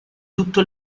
tutto